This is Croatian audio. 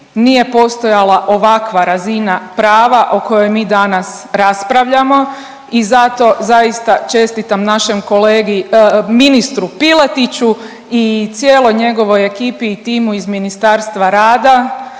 nije postojala ovakva razina prava o kojoj mi danas raspravljamo i zato zaista čestitam našem kolegi ministru Piletiću i cijeloj njegovoj ekipi i timu iz Ministarstvo rada